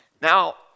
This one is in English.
Now